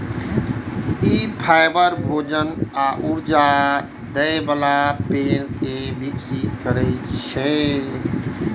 ई fibre, भोजन आ ऊर्जा दै बला पेड़ कें विकसित करै छै